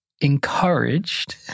Encouraged